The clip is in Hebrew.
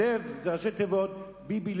"לב" זה ראשי תיבות ביבי-ליברמן,